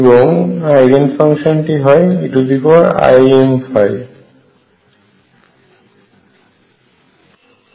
এবং আইগেন ফাংশনটি হয় eimϕ